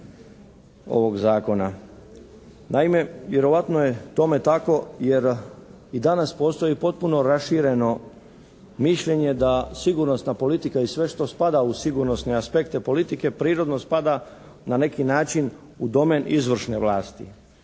Naime, vjerojatno je tome tako, jer i danas postoji potpuno rašireno mišljenje da sigurnosna politika i sve što spada u sigurnosne aspekte politike prirodno spada na neki način u domen izvršne vlasti.